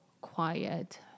quiet